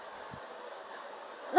no